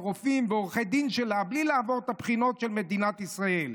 הרופאים ועורכי הדין שלה בלי לעבור את הבחינות של מדינת ישראל.